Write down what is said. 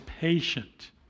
patient